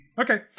okay